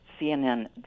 CNN